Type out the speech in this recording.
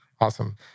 Awesome